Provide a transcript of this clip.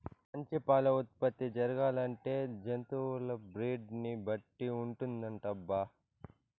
మంచి పాల ఉత్పత్తి జరగాలంటే జంతువుల బ్రీడ్ ని బట్టి ఉంటుందటబ్బా